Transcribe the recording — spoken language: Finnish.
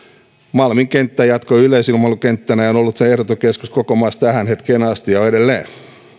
malmin kenttä jatkoi yleis ilmailukenttänä ja on ollut sen ehdoton keskus koko maassa tähän hetkeen asti ja on edelleen se